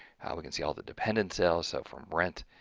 we can see all the dependent cells, so from rent